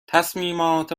تصمیمات